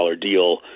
deal